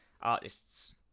artists